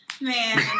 Man